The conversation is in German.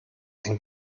ein